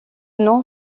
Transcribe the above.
nom